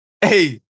Hey